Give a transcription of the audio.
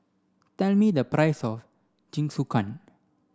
tell me the price of Jingisukan